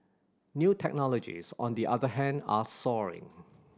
new technologies on the other hand are soaring